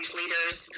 leaders